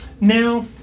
now